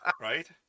right